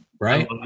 Right